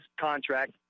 contract